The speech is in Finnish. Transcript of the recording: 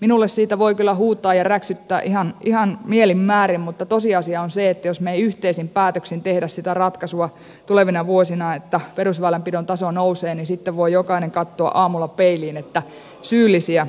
minulle siitä voi kyllä huutaa ja räksyttää ihan mielin määrin mutta tosiasia on se että jos me emme yhteisin päätöksin tee sitä ratkaisua tulevina vuosina että perusväylänpidon taso nousee niin sitten voi jokainen katsoa aamulla peiliin että syyllisiä